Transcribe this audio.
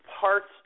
parts